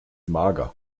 mager